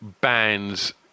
bands